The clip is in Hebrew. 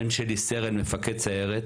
הבן שלי סרן, מפקד סיירת.